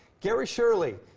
gary shirley,